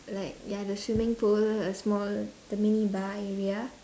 like ya the swimming pool a small the mini bar area